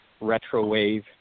retro-wave